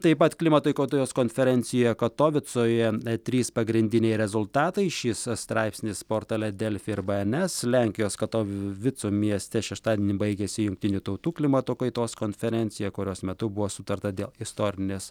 taip pat klimatui kotojos konferencijoje katovicoje trys pagrindiniai rezultatai šis straipsnis portale delfi ir bns lenkijos katov vicų mieste šeštadienį baigėsi jungtinių tautų klimato kaitos konferencija kurios metu buvo sutarta dėl istorinės